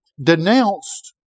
denounced